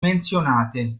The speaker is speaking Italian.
menzionate